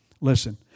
Listen